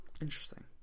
Interesting